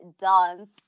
dance